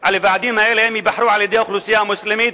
על ועדים אלה אם ייבחרו על-ידי האוכלוסייה המוסלמית,